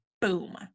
Boom